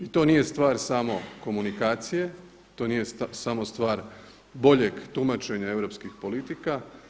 I to nije stvar samo komunikacije, to nije samo stvar boljeg tumačenja europskih politika.